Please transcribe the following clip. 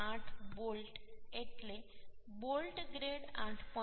8 bolt એટલે bolt grade 8